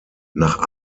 nach